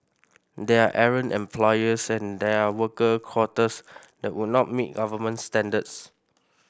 there are errant employers and there are worker quarters that would not meet government standards